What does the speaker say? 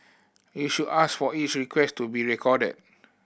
you should ask for each request to be recorded